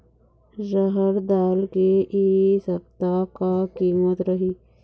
रहड़ दाल के इ सप्ता का कीमत रही?